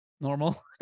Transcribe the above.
Normal